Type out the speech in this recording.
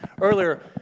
earlier